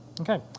Okay